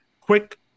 Quick